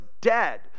dead